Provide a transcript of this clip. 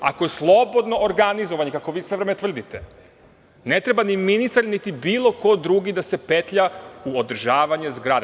Ako je slobodno organizovanje, kako vi sve vreme tvrdite, ne treba ni ministar, niti bilo ko drugi da se petlja u održavanje zgrade.